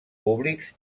públics